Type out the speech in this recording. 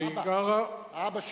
והיא גרה, האבא שלה.